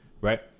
Right